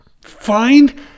find